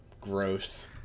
Gross